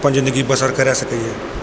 अपन जिन्दगी बसर करि सकैए